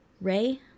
Ray